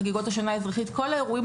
חגיגות השנה האזרחית וכל האירועים,